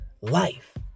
life